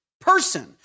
person